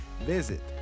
visit